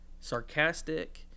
sarcastic